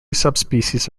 subspecies